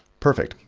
perfect,